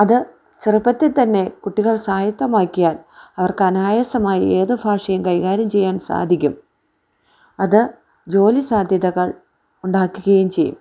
അത് ചെറുപ്പത്തിൽ തന്നെ കുട്ടികൾ സായത്തമാക്കിയാൽ അവർക്ക് അനായസമായി ഏതു ഭാഷയും കൈകാര്യം ചെയ്യാൻ സാധിക്കും അത് ജോലി സാധ്യതകൾ ഉണ്ടാക്കുകയും ചെയ്യും